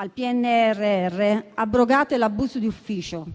del PNRR, voi abrogate l'abuso d'ufficio,